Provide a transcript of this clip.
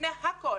לפני הכול,